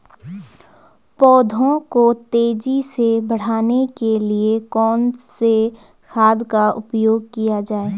पौधों को तेजी से बढ़ाने के लिए कौन से खाद का उपयोग किया जाए?